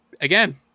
again